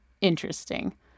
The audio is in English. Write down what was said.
interesting